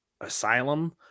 asylum